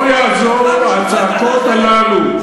לא יעזרו הצעקות הללו.